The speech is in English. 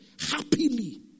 happily